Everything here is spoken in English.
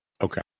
Okay